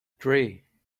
three